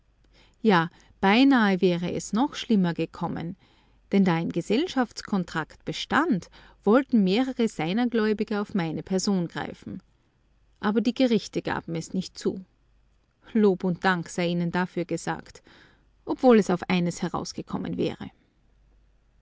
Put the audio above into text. ja beinahe wäre es noch schlimmer gekommen denn da ein gesellschaftskontrakt bestand wollten mehrere seiner gläubiger auf meine person greifen aber die gerichte gaben es nicht zu lob und dank sei ihnen dafür gesagt obwohl es auf eines herausgekommen wäre